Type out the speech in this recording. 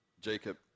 Jacob